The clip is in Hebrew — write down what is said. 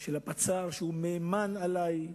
של הפצ"ר, שהוא מהימן עלי,